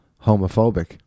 Homophobic